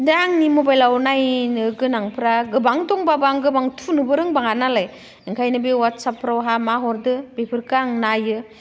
दा आंनि मबाइलाव नायनो गोनांफ्रा गोबां दंब्लाबो आं गोबां थुनोबो रोंबाङा नालाय ओंखायनो बे अवाट्साएपफोरावहा मा हरदो बेफोरखो आं नायो